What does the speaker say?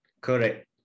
correct